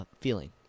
feeling